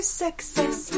success